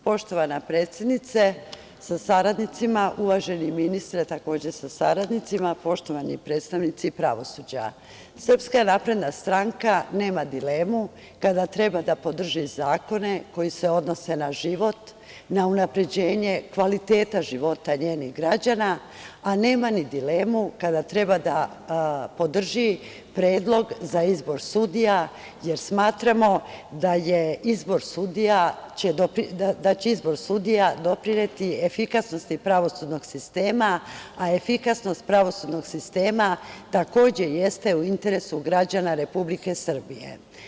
Poštovana predsednice sa saradnicima, uvaženi ministre takođe sa saradnicima, poštovani predstavnici pravosuđa, SNS nema dilemu kada treba da podrži zakone koji se odnose na život, na unapređenje kvaliteta života njenih građana, a nema ni dilemu kada treba da podrži predlog za izbor sudija jer smatramo da će izbor sudija doprineti efikasnosti pravosudnog sistema, a efikasnost pravosudnog sistema takođe jeste u interesu građana Republike Srbije.